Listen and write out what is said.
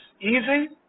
easy